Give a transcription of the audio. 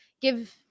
give